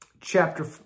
chapter